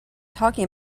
talking